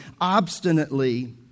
obstinately